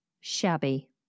shabby